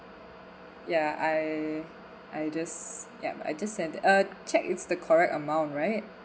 ya I I just yup I just send uh check it's the correct amount right